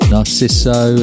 Narciso